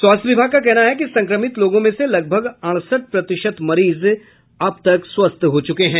स्वास्थ्य विभाग का कहना है कि संक्रमित लोगों में से लगभग अड़सठ प्रतिशत मरीज स्वस्थ हो चुके हैं